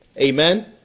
Amen